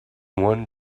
one